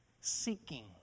seeking